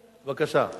בבקשה?